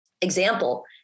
example